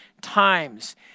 times